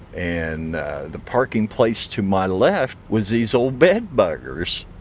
and the parking place to my left was these old bed buggers.